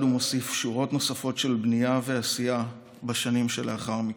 הוא מוסיף שורות נוספות של בנייה ועשייה בשנים שלאחר מכן.